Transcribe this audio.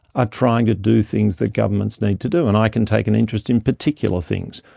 are trying to do things that governments need to do. and i can take an interest in particular things,